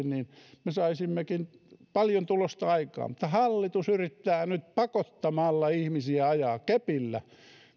niin me saisimmekin paljon tulosta aikaan mutta hallitus yrittää nyt pakottaa ajaa ihmisiä kepillä